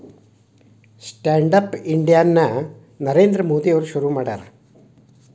stand up India ನ ನರೇಂದ್ರ ಮೋದಿ ಅವ್ರು ಶುರು ಮಾಡ್ಯಾರ